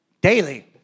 daily